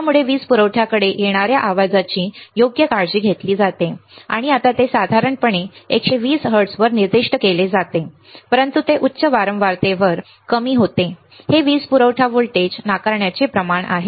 त्यामुळे वीज पुरवठ्याकडे येणाऱ्या आवाजाची योग्य काळजी घेतली जाते आणि आता ते साधारणपणे साधारणपणे 120 हर्ट्झवर निर्दिष्ट केले जाते परंतु ते उच्च वारंवारतेवर कमी होते हे वीज पुरवठा व्होल्टेज नाकारण्याचे प्रमाण आहे